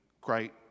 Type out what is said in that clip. great